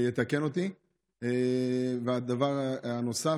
והדבר הנוסף,